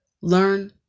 Learn